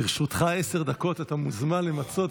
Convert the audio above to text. בעד, 13, אין נגד, אין נמנעים.